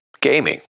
gaming